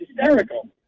Hysterical